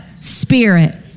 Spirit